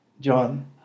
John